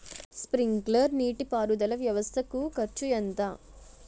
Sprinkler నీటిపారుదల వ్వవస్థ కు ఖర్చు ఎంత?